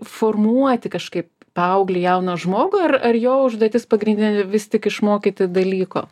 formuoti kažkaip paauglį jauną žmogų ir ar jo užduotis pagrindinė vis tik išmokyti dalyko